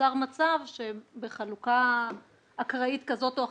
נוצר מצב שבחלוקה אקראית כזאת או אחרת,